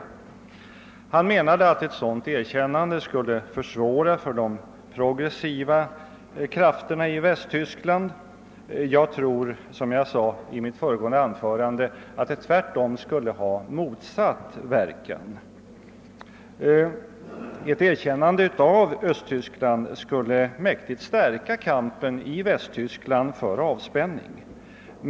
Herr Martinsson menade att ett sådant erkännande skulle försvåra arbetet för de progressiva krafterna i Västtyskland. Jag anser, såsom jag sade i mitt förra anförande, att det skulle ha motsatt verkan. Ett erkännande av Östtyskland skulle mäktigt stärka kampen i Västtyskland för avspänning.